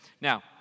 Now